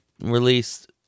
released